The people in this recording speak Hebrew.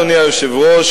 אדוני היושב-ראש,